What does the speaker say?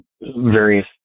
various